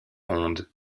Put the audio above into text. onde